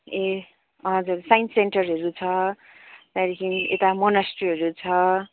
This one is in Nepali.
ए हजुर साइन्स सेन्टरहरू छ त्यहाँदेखि यता मोनास्ट्रीहरू छ